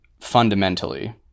fundamentally